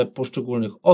poszczególnych